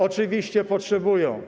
Oczywiście potrzebują.